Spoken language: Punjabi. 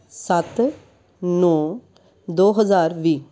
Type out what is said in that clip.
ਸੱਤ ਨੌ ਦੋ ਹਜ਼ਾਰ ਵੀਹ